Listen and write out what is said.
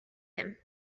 him